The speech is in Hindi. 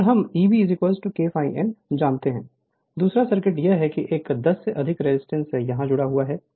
Refer Slide Time 2630 दूसरा सर्किट यह है कि एक 10 से अधिक रेजिस्टेंस यहां जुड़ा हुआ है